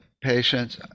patients